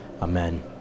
Amen